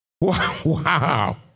Wow